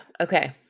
Okay